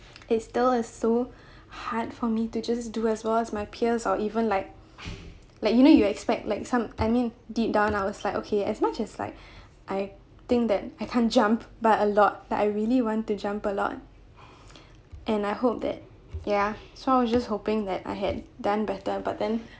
it's still is so hard for me to just do as well as my peers or even like like you know you expect like some I mean deep down I was like okay as much as like I think that I can't jump but a lot that I really want to jump a lot and I hope that ya so I was just hoping that I had done better but then